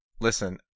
Listen